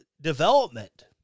development